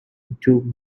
into